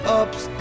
ups